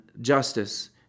justice